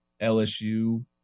LSU